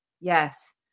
Yes